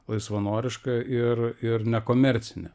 laisvanoriška ir ir nekomercinė